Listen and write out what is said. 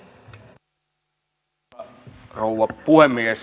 arvoisa rouva puhemies